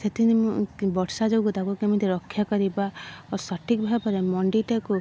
ସେଥି ନିମ ବର୍ଷା ଯୋଗୁଁ ତାକୁ କେମିତି ରକ୍ଷା କରିବା ଆଉ ସଠିକ୍ ଭାବରେ ମଣ୍ଡିଟାକୁ